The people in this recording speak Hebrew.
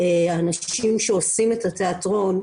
האנשים שעושים את התיאטרון,